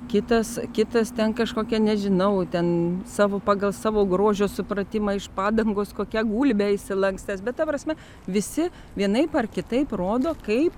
kitas kitas ten kažkokia nežinau ten savo pagal savo grožio supratimą iš padangos kokią gulbę išsilankstęs bet ta prasme visi vienaip ar kitaip rodo kaip